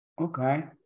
okay